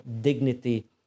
dignity